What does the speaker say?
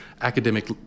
academic